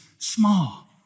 small